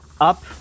up